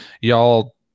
y'all